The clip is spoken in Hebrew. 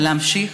להמשיך